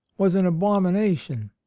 was an abomination.